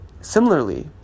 similarly